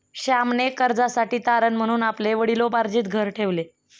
श्यामने कर्जासाठी तारण म्हणून आपले वडिलोपार्जित घर ठेवले